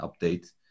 update